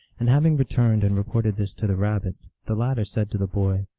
and having returned and reported this to the rabbit, the latter said to the boy,